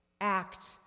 act